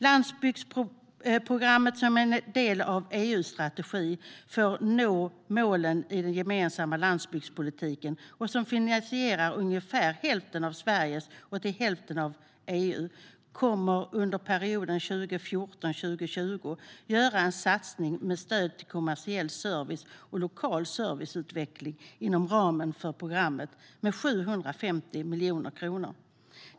Landsbygdsprogrammet, som är en del av EU:s strategi för att nå målen i den gemensamma landsbygdspolitiken och som finansieras ungefär till hälften av Sverige och till hälften av EU, kommer under perioden 2014-2020 att göra en satsning med stöd till kommersiell service och lokal serviceutveckling inom ramen för programmet med 750 miljoner kronor.